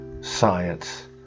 science